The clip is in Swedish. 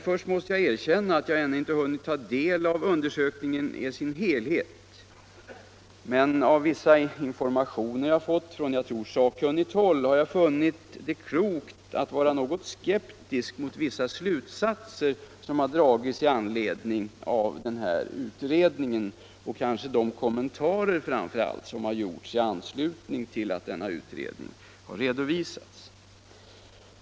Först måste jag erkänna att jag ännu inte hunnit ta del av undersökningen i dess helhet, men efter vissa informationer jag fått från, som jag tror, sakkunnigt håll har jag funnit det klokt att vara något skeptisk mot vissa slutsatser som har dragits i utredningen och kanske framför allt mot de kommentarer som har gjorts i anslutning till att den har redovisats.